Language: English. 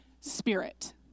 spirit